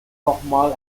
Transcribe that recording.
nochmal